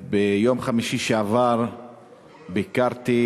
מסתבר שהרוב לא תמיד צודק.